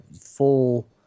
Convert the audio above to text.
full